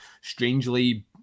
strangely